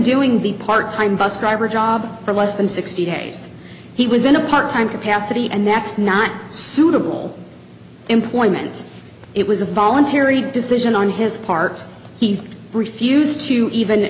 doing the part time bus driver job for less than sixty days he was in a part time capacity and that's not suitable employment it was a voluntary decision on his part he refused to even